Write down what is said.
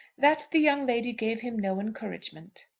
that the young lady gave him no encouragement.